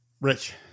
Rich